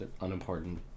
Unimportant